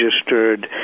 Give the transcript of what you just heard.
registered